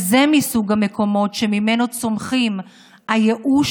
זה מסוג המקומות שממנו צומחים הייאוש